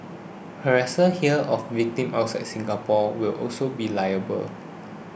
harassers here of victims outside Singapore will also be liable